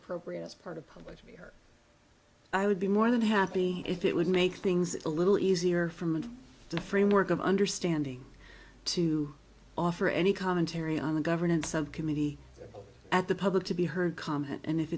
appropriate as part of public sphere i would be more than happy if it would make things a little easier from the framework of understanding to offer any commentary on the governance subcommittee at the public to be heard comment and if